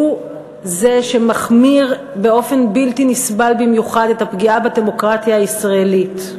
שהוא זה שמחמיר באופן בלתי נסבל במיוחד את הפגיעה בדמוקרטיה הישראלית.